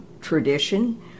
tradition